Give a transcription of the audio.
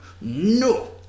no